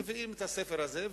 מביאים את הספר הזה,